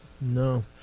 No